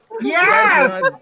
Yes